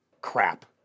crap